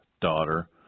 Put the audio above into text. daughter